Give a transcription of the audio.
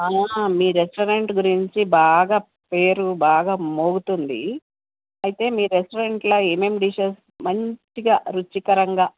అవునా మీ రెస్టారెంట్ గురించి బాగా పేరు బాగా మోగుతుంది అయితే మీ రెస్టారెంట్లో ఏమేమి డిషెస్ మంచిగా రుచికరంగా